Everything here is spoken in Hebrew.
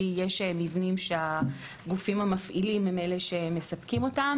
יש מבנים שהגופים המפעילים הם אלה שמספקים אותם